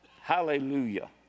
Hallelujah